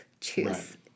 choose